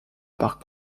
par